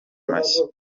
mashya